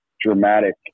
dramatic